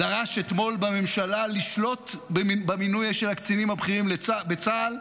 דרש אתמול בממשלה לשלוט במינוי של הקצינים הבכירים בצה"ל,